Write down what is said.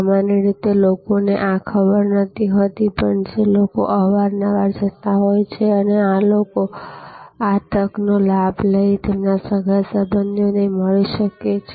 સમાન્ય રીતે લોકો ને આ ખબર નથી હોતી પણ જે લોકો અવારનવાર જતા હોય છે તે લોકો આ તક નો લાભ લઈ તેમના સગા સંબંધીઓ ને મળી શકે છે